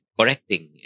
Correcting